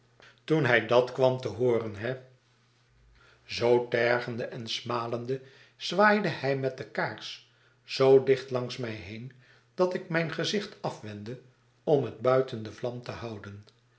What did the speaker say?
toen hij dat kwam te hooren he zoo tergende en smalende zwaaide hij met de kaars zoo dicht langs mij heen dat ik mijn gezicht afwendde om het buiten de vlam te houden